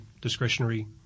discretionary